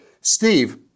Steve